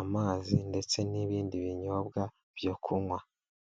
amazi ndetse n'ibindi binyobwa byo kunywa.